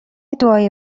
دعای